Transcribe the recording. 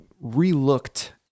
re-looked